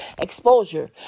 exposure